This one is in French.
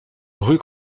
rue